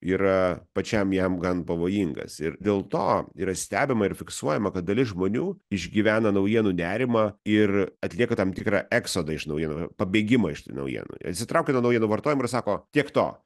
yra pačiam jam gan pavojingas ir dėl to yra stebima ir fiksuojama kad dalis žmonių išgyvena naujienų nerimą ir atlieka tam tikrą ekzodą iš naujienų pabėgimą iš tų naujienų atsitraukia nuo naujienų vartojimo ir sako tiek to